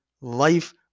life